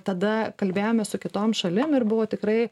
tada kalbėjome su kitom šalim ir buvo tikrai